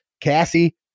Cassie